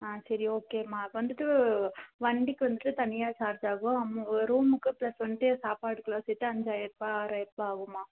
ஆ சரி ஓகேம்மா வந்துவிட்டு வண்டிக்கு வந்துவிட்டு தனியா சார்ஜ் ஆகும் ரூமுக்கு ப்ளஸ் வந்துட்டு சாப்பாடுக்கெல்லாம் சேர்த்து அஞ்சாயர் ரூபா ஆறாயர் ரூபா ஆகும்மா